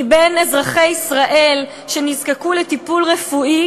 מבין אזרחי ישראל שנזקקו לטיפול רפואי,